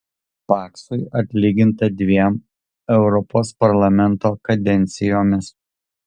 paksui atlyginta dviem europos parlamento kadencijomis